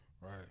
Right